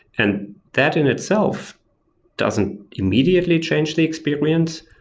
and that in itself doesn't immediately change the experience,